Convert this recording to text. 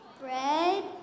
Bread